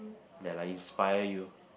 that like inspire you